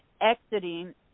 exiting